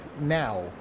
now